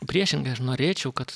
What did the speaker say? priešingai aš norėčiau kad